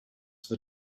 for